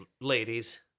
ladies